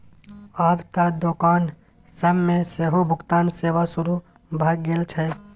आब त दोकान सब मे सेहो भुगतान सेवा शुरू भ गेल छै